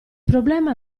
problema